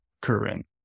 current